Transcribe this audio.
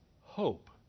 Hope